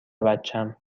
بچم